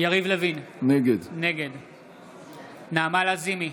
יריב לוין, נגד נעמה לזימי,